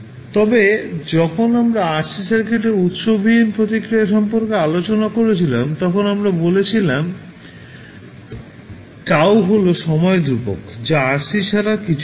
তবে যখন আমরা RC সার্কিটের উত্স বিহীন প্রতিক্রিয়া সম্পর্কে আলোচনা করছিলাম তখন আমরা বলেছিলাম τ হল সময় ধ্রুবক যা RC ছাড়া কিছুই না